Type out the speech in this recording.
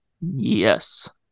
Yes